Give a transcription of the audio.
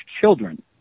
children